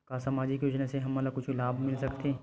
का सामाजिक योजना से हमन ला कुछु लाभ मिल सकत हे?